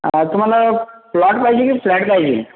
तुम्हाला प्लॉट पाहिजे की फ्लॅट पाहिजे